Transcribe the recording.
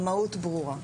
המהות ברורה.